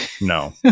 No